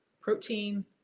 protein